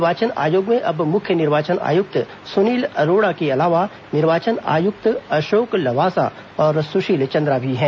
निर्वाचन आयोग में अब मुख्य निर्वाचन आयुक्त सुनील अरोड़ा के अलावा निर्वाचन आयुक्त अशोक लवासा और सुशील चन्द्रा भी हैं